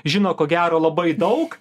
žino ko gero labai daug